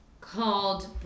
called